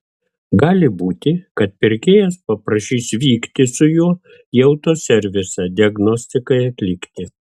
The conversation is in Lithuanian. gali būti kad pirkėjas paprašys vykti su juo į autoservisą diagnostikai atlikti